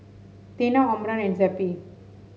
Tena Omron and Zappy